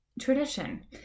tradition